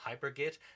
Hypergate